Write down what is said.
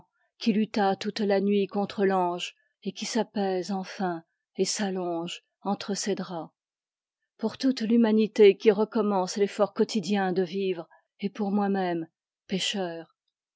qui lutta toute la nuit contre l'ange et qui s'apaise enfin et s'allonge entre ses draps pour toute l'humanité qui recommence l'effort quotidien de vivre et pour moi-même pécheur